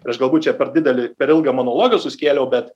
aš galbūt čia per didelį per ilgą monologą suskėliau bet